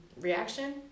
reaction